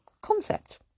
concept